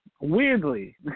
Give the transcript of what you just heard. Weirdly